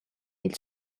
ils